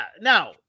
Now